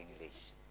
English